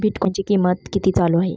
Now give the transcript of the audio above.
बिटकॉइनचे कीमत किती चालू आहे